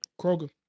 Kroger